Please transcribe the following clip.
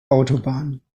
autobahn